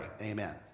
amen